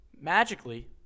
Magically